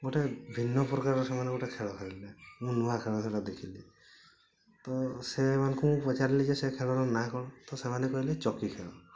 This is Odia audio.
ଗୋଟେ ଭିନ୍ନ ପ୍ରକାର ସେମାନେ ଗୋଟେ ଖେଳ ଖେଳିଲେ ମୁଁ ନୂଆ ଖେଳ ସେଇଟା ଦେଖିଲି ତ ସେମାନଙ୍କୁ ମୁଁ ପଚାରିଲି ଯେ ସେ ଖେଳର ନାଁ କଣ ତ ସେମାନେ କହିଲେ ଚକି ଖେଳ